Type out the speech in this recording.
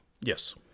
Yes